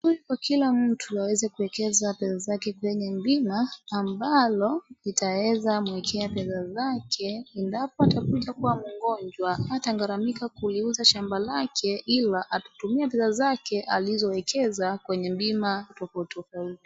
Ni vizuri kwa kila mtu aweze kuwekeza pesa zake kwenye bima, ambalo litaweza mwekea pesa zake, endapo atakuja kuwa mgonjwa, hatagharamika kuuza shamba lake, ila atatumia pesa zake alizowekeza kwenye bima tofauti tofauti.